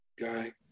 guy